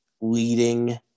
leading